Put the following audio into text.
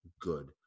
good